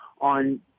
on